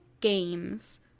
games